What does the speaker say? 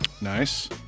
Nice